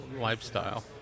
lifestyle